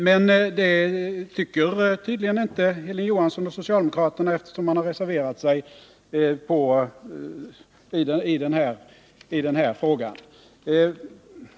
Men det tycker tydligen inte Hilding Johansson och socialdemokraterna, eftersom man har reserverat sig i denna fråga.